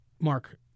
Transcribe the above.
Mark